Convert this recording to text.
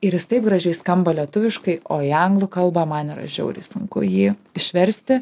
ir jis taip gražiai skamba lietuviškai o į anglų kalbą man yra žiauriai sunku jį išversti